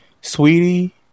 sweetie